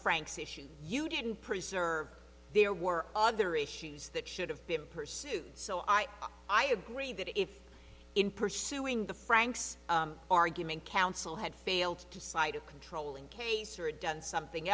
franks issue you didn't preserve there were other issues that should have been pursued so i i agree that if in pursuing the franks argument counsel had failed to cite a controlling case or done something